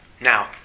Now